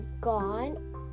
gone